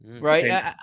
Right